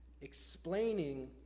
explaining